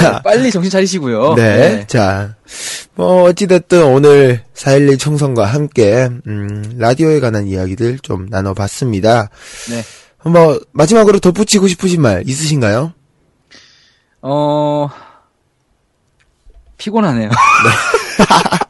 자, 빨리 정신 차리시고요. 네, 네. 자, 뭐 어찌됐든 오늘 4.11 총선과 함께, 음, 라디오에 관한 이야기들 좀 나눠봤습니다. 네. 한번 마지막으로 덧붙이고 싶으신 말 있으신가요? 어, 피곤하네요. 네.